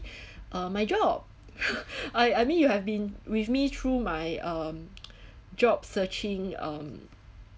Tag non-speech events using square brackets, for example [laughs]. [breath] uh my job [laughs] I I mean you have been with me through my um [noise] job searching um